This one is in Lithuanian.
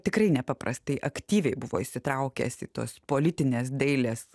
tikrai nepaprastai aktyviai buvo įsitraukęs į tos politinės dailės